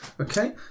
Okay